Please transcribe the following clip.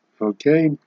okay